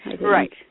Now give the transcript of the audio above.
right